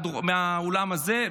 מהאולם הזה,